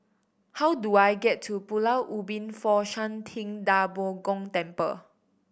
how do I get to Pulau Ubin Fo Shan Ting Da Bo Gong Temple